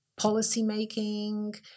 policymaking